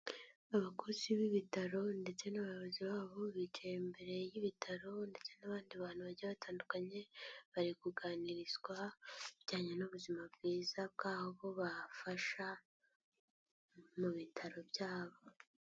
Abakozi b'ibitaro ndetse n'abayobozi babo, bicaye imbere y'ibitaro ndetse n'abandi bantu bagiye batandukanye, bari kuganirizwa, ibijyanye n'ubuzima bwiza bw'abo bafasha, mu bitaro byabo.